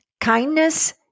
Kindness